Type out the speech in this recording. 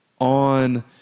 on